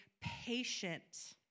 patient